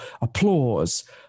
applause